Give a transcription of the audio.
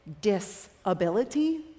disability